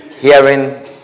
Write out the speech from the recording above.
hearing